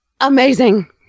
amazing